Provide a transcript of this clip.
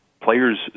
Players